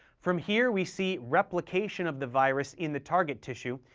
from here, we see replication of the virus in the target tissue,